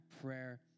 prayer